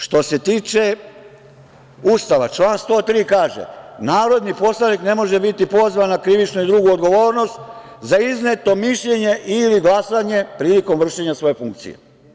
Što se tiče Ustava, član 103. kaže – narodni poslanik ne može biti pozvan na krivičnu i drugu odgovornost za izneto mišljenje ili glasanje prilikom vršenja svoje funkcije.